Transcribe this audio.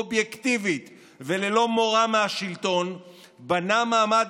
אובייקטיבית וללא מורא מהשלטון בנה מעמד